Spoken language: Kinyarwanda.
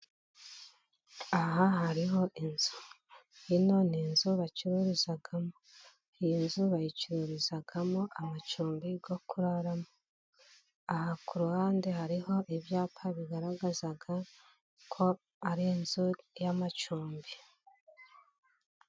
Aha hariho inzu. Ino ni inzu bacururizamo. Iyi nzu bayicururizamo amacumbi yo kuraramo. Aha ku ruhande hariho ibyapa bigaragaza ko ari inzu y'amacumbi.